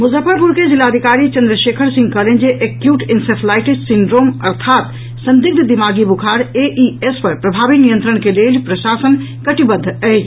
मुजफ्फरपुर के जिलाधिकारी चंद्रशेखर सिंह कहलनि जे एक्यूट इंसेफ्लाईटिस सिंड्रोम अर्थात् संदिग्ध दिमागी बुखार एईएस पर प्रभावी नियंत्रण के लेल प्रशासन कटिबद्ध अछि